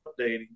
updating